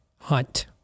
Hunt